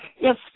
Yes